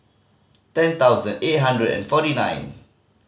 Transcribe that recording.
ten thousand eight hundred and forty nine